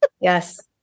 Yes